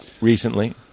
recently